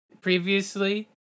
previously